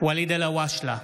ואליד אלהואשלה,